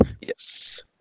Yes